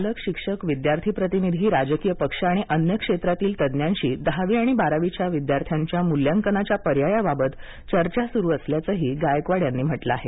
पालक शिक्षक विद्यार्थी प्रतिनिधी राजकीय पक्ष आणि अन्य क्षेत्रातील तज्ज्ञांशी दहावी आणि बारावीच्या विद्यार्थ्यांच्या मूल्यांकनाच्या पर्यायाबाबत चर्चा सुरु असल्याचंही गायकवाड यांनी म्हटलं आहे